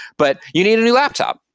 but you need a new laptop.